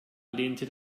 lehnte